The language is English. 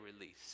release